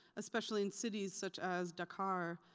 especially in cities such as dakkar,